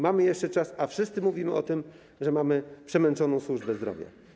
Mamy jeszcze czas, a wszyscy mówimy o tym, że mamy przemęczoną służbę zdrowia.